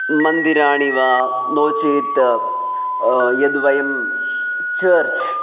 मन्दिराणि वा नो चेत् यद्वयं चर्च्